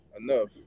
enough